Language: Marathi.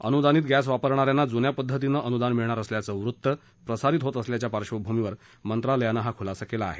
अनुदानित गॅस वापरणाऱ्यांना जुन्या पद्धतीनं अनुदान मिळणार असल्याचं वृत्त प्रसारित होत असल्याच्या पार्श्वभूमीवर मंत्रालयानं हा खुलासा केला आहे